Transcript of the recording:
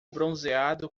bronzeado